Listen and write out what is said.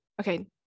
okay